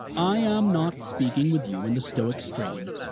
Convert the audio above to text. i am not speaking with you in the stoic strain,